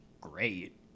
great